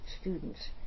students